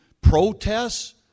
protests